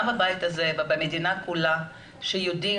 גם בבית הזה ובמדינה כולה שיודעים